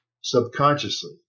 subconsciously